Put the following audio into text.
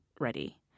ready